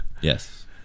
Yes